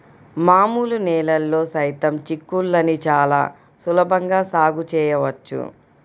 మామూలు నేలల్లో సైతం చిక్కుళ్ళని చాలా సులభంగా సాగు చేయవచ్చు